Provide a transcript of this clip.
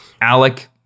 Alec